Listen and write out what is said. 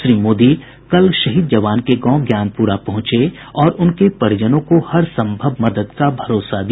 श्री मोदी कल शहीद जवान के गांव ज्ञानपुरा पहुंचे और उनके परिजनों को हर सम्भव मदद का भरोसा दिया